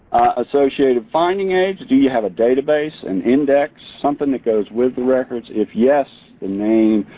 associated finding aid, do you have a database, an index something that goes with the records? if yes, the name,